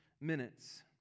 minutes